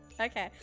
Okay